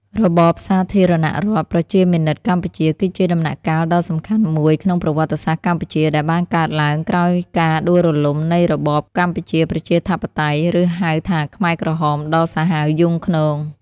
របបសាធារណរដ្ឋប្រជាមានិតកម្ពុជា គឺជាដំណាក់កាលដ៏សំខាន់មួយក្នុងប្រវត្តិសាស្ត្រកម្ពុជា ដែលបានកើតឡើងក្រោយការដួលរលំនៃរបបកម្ពុជាប្រជាធិបតេយ្យ ឬ ហៅថាខ្មែរក្រហម ដ៏សាហាវយង់ឃ្នង។